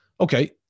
Okay